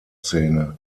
szene